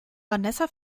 vanessa